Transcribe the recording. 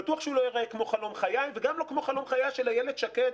בטוח שהוא לא ייראה כמו חלום חיי וגם לא כמו חלום חייה של אילת שקד,